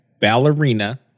ballerina